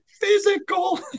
physical